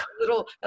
little